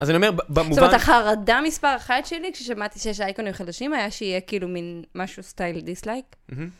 אז אני אומר, במובן... זאת אומרת, אחרדה מספר אחת שלי כששמעתי שיש אייקונים חדשים היה שיהיה כאילו מין משהו סטייל דיסלייק.